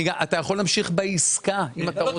אתה יכול להמשיך בעסקה, אם אתה רוצה.